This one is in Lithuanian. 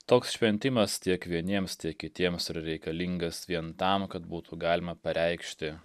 toks šventimas tiek vieniems tiek kitiems yra reikalingas vien tam kad būtų galima pareikšti